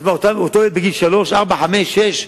אז אותו ילד בן שלוש, ארבע, חמש, שש,